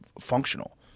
functional